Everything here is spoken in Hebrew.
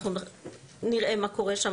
אנחנו נראה מה קורה שם,